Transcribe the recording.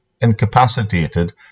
incapacitated